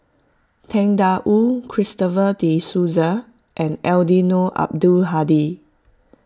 Tang Da Wu Christopher De Souza and Eddino Abdul Hadi